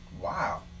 Wow